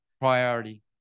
priority